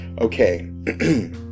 Okay